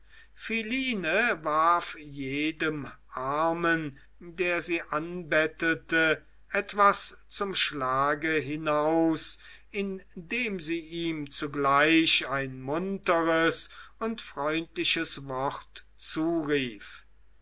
philine warf jedem armen der sie anbettelte etwas zum schlage hinaus indem sie ihm zugleich ein munteres und freundliches wort zurief